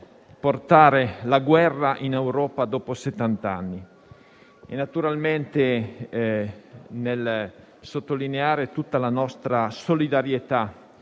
portare la guerra in Europa dopo settant'anni. Naturalmente, nel sottolineare tutta la nostra solidarietà